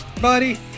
Buddy